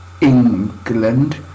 england